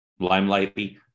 limelighty